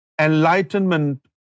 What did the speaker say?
enlightenment